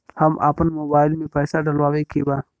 हम आपन मोबाइल में पैसा डलवावे के बा?